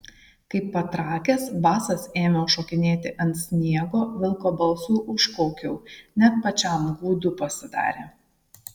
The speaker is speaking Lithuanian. kaip patrakęs basas ėmiau šokinėti ant sniego vilko balsu užkaukiau net pačiam gūdu pasidarė